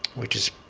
which is